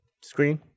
screen